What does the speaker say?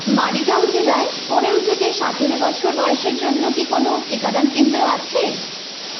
মারিগাও জেলায় পনেরো থেকে সাতেরো বছর বয়সের জন্য কি কোনও টিকাদান কেন্দ্র আছে